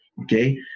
Okay